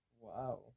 Wow